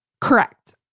Correct